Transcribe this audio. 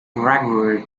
gregory